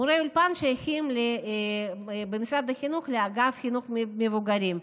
מורי האולפן שייכים במשרד בחינוך לאגף חינוך מבוגרים,